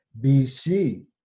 BC